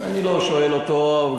אני לא שואל אותו.